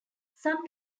some